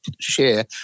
share